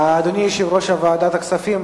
אדוני יושב-ראש ועדת הכספים,